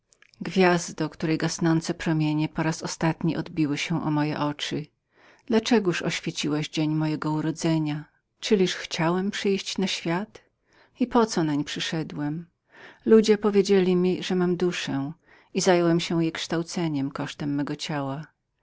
rzekł gwiazdo której gasnące promienie po raz ostatni obiły się o moje oczy dla czegoż oświeciłaś dzień mojego urodzenia czyliż chciałem przyjść na świat i po co nań przyszedłem ludzie wmawiali we mnie że miałem duszę i zająłem się kształceniem jej kosztem mego ciała